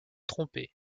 trompé